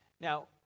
Now